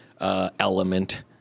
element